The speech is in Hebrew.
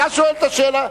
אתה שואל את השאלה?